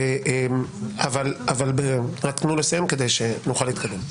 אבל רק תנו לו לסיים כדי שנוכל להתקדם.